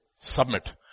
Submit